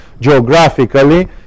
geographically